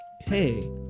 hey